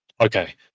Okay